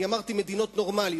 אני אמרתי "מדינות נורמליות".